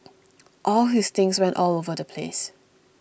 all his things went all over the place